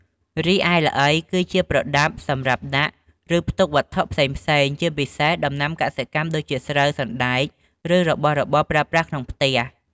រីឯ ល្អី គឺជាប្រដាប់សម្រាប់ដាក់ ឬផ្ទុកវត្ថុផ្សេងៗ ជាពិសេសដំណាំកសិកម្ម ដូចជាស្រូវ សណ្ដែក ឬរបស់របរប្រើប្រាស់ក្នុងផ្ទះ។